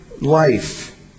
life